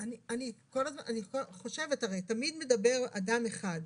אני חושבת, הרי תמיד מדבר אדם אחד,